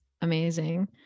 Amazing